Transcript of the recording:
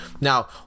Now